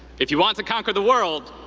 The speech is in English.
if you want to conquer the world,